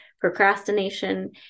Procrastination